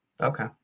Okay